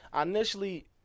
initially